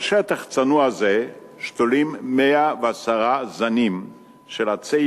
על שטח צנוע זה שתולים 110 זנים של עצי